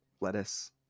lettuce